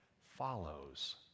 follows